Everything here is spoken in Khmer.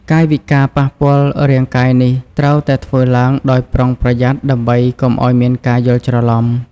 កាយវិការប៉ះពាល់រាងកាយនេះត្រូវតែធ្វើឡើងដោយប្រុងប្រយ័ត្នដើម្បីកុំឲ្យមានការយល់ច្រឡំ។